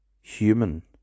human